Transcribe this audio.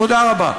תודה רבה.